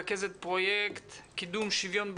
רכזת פרויקט קידום שוויון בנגב,